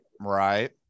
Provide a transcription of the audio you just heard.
right